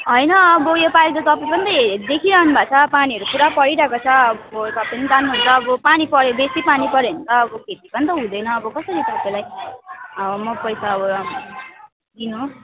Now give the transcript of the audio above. होइन अब योपालि त तपाईँको पनि देखिहाल्नु भएको छ पानीहरू पुरा परिरहेको छ अब तपाईँ नि जान्नुहुन्छ अब पानी पऱ्यो बेसी पर्यो भने त अब खेती पनि त हुँदैन अब कसरी तपाईँलाई अब मकै त अब दिनु हो